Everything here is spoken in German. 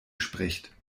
spricht